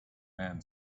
man